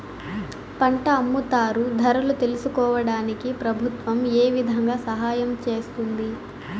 పంట అమ్ముతారు ధరలు తెలుసుకోవడానికి ప్రభుత్వం ఏ విధంగా సహాయం చేస్తుంది?